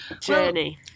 journey